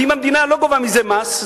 כי אם המדינה לא גובה מזה מס,